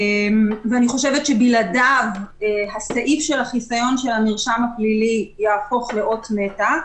אני חושבת שבלעדיו הסעיף של החיסיון של המרשם הפלילי יהפוך לאות מתה.